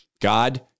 God